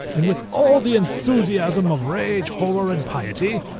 and with all the enthusiasm of rage, horror, and piety,